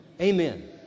Amen